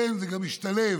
זה גם משתלב